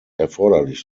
erforderlich